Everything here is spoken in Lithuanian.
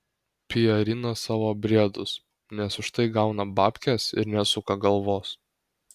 pijarina savo briedus nes už tai gauna babkes ir nesuka galvos